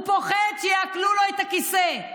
הוא פוחד שיעקלו לו את הכיסא.